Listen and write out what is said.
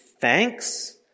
thanks